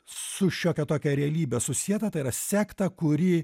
su šiokia tokia realybe susieta tai yra sekta kurį